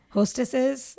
Hostesses